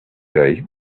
day